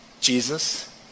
Jesus